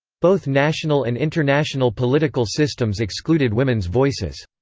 both national and international political systems excluded women's voices.